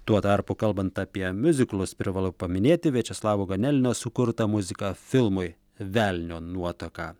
tuo tarpu kalbant apie miuziklus privalu paminėti viačeslavo ganelino sukurtą muziką filmui velnio nuotaka